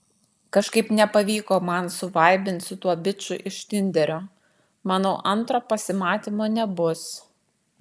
kažkaip nepavyko man suvaibint su tuo biču iš tinderio manau antro pasimatymo nebus